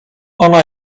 ona